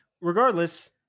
Regardless